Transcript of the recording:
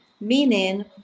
meaning